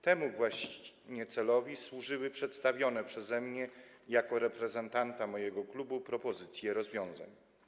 Temu właśnie celowi służyły przedstawione przeze mnie jako reprezentanta mojego klubu propozycje rozwiązań.